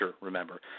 remember